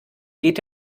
geht